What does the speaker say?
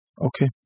Okay